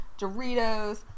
Doritos